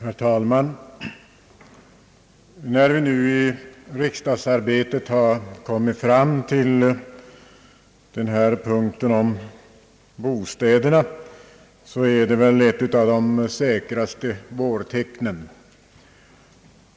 Herr talman! När vi nu i riksdagsarbetet har kommit fram till punkten om bostäderna, är väl det ett av de säkraste vårtecknen.